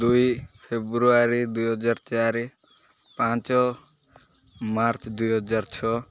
ଦୁଇ ଫେବୃଆରୀ ଦୁଇହଜାର ଚାରି ପାଞ୍ଚ ମାର୍ଚ୍ଚ ଦୁଇହଜାର ଛଅ